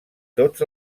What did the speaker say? tots